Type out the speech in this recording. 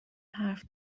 حرف